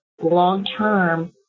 long-term